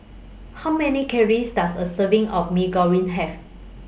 How Many Calories Does A Serving of Mee Goreng Have